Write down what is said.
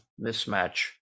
mismatch